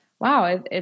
wow